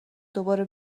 دوباره